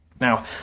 Now